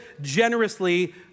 generously